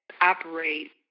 operate